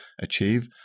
achieve